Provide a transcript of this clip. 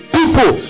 people